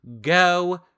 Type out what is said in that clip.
go